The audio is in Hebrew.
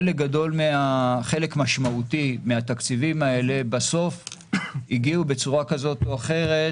חלק משמעותי מהתקציבים האלה בסוף הגיעו בצורה כזאת או אחרת